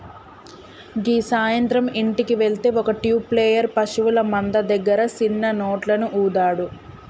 గీ సాయంత్రం ఇంటికి వెళ్తే ఒక ట్యూబ్ ప్లేయర్ పశువుల మంద దగ్గర సిన్న నోట్లను ఊదాడు